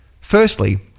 Firstly